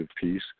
peace